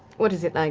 what is it? like